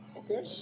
Okay